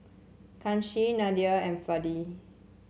Kanshi Neila and Fali